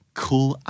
cool